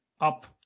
up